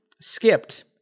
skipped